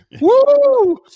Woo